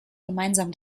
gemeinsam